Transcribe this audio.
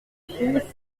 fille